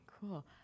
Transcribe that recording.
Cool